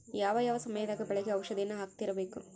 ಯಾವ ಯಾವ ಸಮಯದಾಗ ಬೆಳೆಗೆ ಔಷಧಿಯನ್ನು ಹಾಕ್ತಿರಬೇಕು?